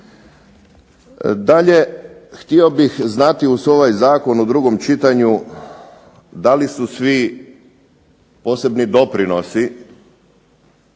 Dalje, htio bih znati uz ovaj zakon u drugom čitanju da li su svi posebni doprinosi